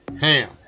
ham